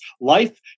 life